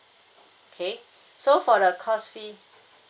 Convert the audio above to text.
okay so for the course fee